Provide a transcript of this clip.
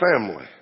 family